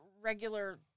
regular